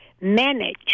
manage